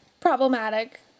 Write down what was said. Problematic